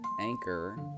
anchor